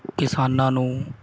ਕਿਸਾਨਾਂ ਨੂੰ